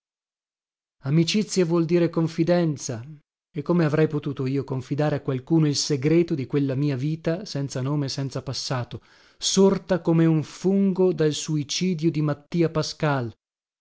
amicizia vuol dire confidenza e come avrei potuto io confidare a qualcuno il segreto di quella mia vita senza nome e senza passato sorta come un fungo dal suicidio di mattia pascal